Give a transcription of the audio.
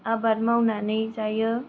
आबाद मावनानै जायो